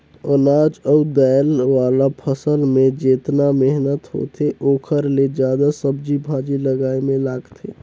अनाज अउ दायल वाला फसल मे जेतना मेहनत होथे ओखर ले जादा सब्जी भाजी लगाए मे लागथे